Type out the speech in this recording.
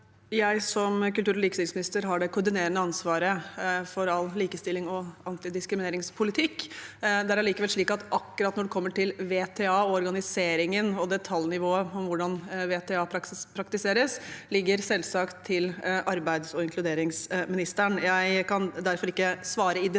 Som kultur- og likestillingsminister har jeg det koordinerende ansvaret for all likestilling og antidiskrimineringspolitikk. Det er likevel slik at akkurat når det gjelder VTA, organiseringen og detaljnivået om hvordan VTA praktiseres, ligger det selvsagt til arbeids- og inkluderingsministeren. Jeg kan derfor ikke svare i detalj